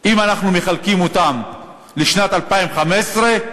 אם אנחנו מחלקים אותם לשנת 2015,